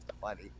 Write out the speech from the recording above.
funny